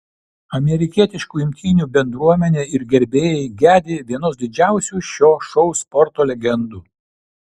amerikietiškų imtynių bendruomenė ir gerbėjai gedi vienos didžiausių šio šou sporto legendų